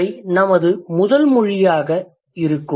இவை நமது முதல் மொழியாக இருக்கும்